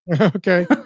Okay